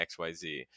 XYZ